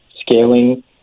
scaling